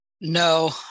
No